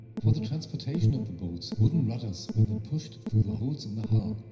for the transportation of the boats wooden rudders where then pushed through the holes in the hull,